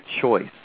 choice